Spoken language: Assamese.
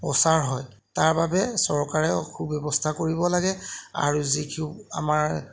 প্ৰচাৰ হয় তাৰবাবে চৰকাৰেও সু ব্যৱস্থা কৰিব লাগে আৰু যিটো আমাৰ